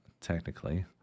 technically